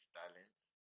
talents